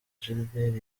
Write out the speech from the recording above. gilbert